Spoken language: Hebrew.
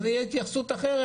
אז תהיה התייחסות אחרת,